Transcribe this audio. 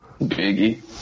Biggie